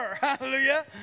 Hallelujah